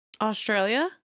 Australia